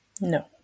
no